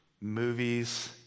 movies